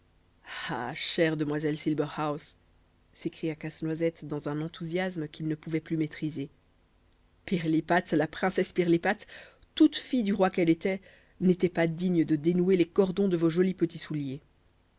ah chère demoiselle silberhaus s'écria casse-noisette dans un enthousiasme qu'il ne pouvait plus maîtriser pirlipate la princesse pirlipate toute fille du roi qu'elle était n'était pas digne de dénouer les cordons de vos jolis petits souliers